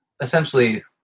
essentially